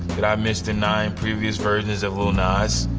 did i miss the nine previous versions of lil nas?